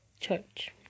Church